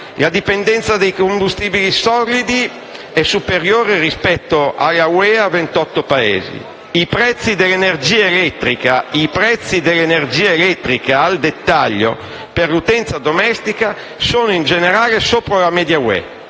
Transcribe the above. la dipendenza da combustibili solidi è superiore rispetto all'Unione europea a 28 Paesi; i prezzi dell'energia elettrica al dettaglio per l'utenza domestica sono in generale sopra la media